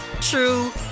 true